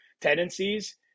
tendencies